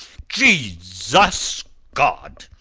jesus god!